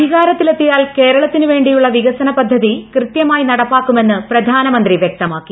അധികാരത്തിൽ എത്തിയാൽ കേരളത്തിനുവേണ്ടിയുള്ള വികസന പദ്ധതി കൃതൃമായി നടപ്പാക്കുമെന്ന് പ്രധാനമന്ത്രി വൃക്തമാക്കി